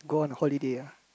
go on holiday ah